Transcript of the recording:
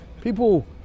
people